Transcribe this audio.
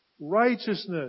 righteousness